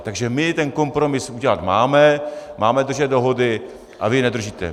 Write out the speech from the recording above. Takže my ten kompromis udělat máme, máme držet dohody, a vy je nedržíte.